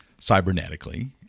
cybernetically